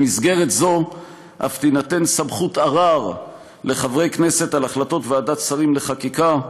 במסגרת זו אף תינתן סמכות ערר לחברי כנסת על החלטת ועדת השרים לחקיקה,